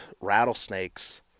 rattlesnakes